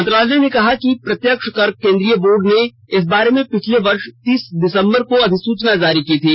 मंत्रालय ने कहा कि प्रत्यक्ष कर केंद्रीय बोर्ड ने इस बारे में पिछले वर्ष तीस दिसम्बर को अधिसूचना जारी की थी